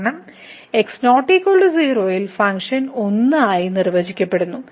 കാരണം x 0 ൽ function 1 ആയി നിർവചിക്കപ്പെടുന്നു